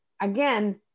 again